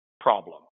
problem